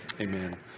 Amen